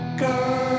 girl